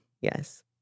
Yes